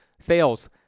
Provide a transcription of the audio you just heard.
fails